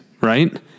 Right